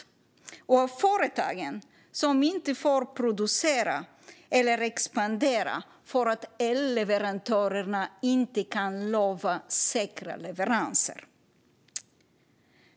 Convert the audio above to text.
De drabbar också företagen, som inte får producera eller expandera därför att elleverantörerna inte kan lova säkra leveranser.